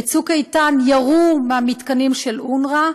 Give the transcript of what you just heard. בצוק איתן ירו מהמתקנים של אונר"א.